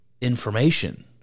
information